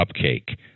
cupcake